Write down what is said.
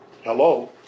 Hello